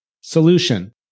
Solution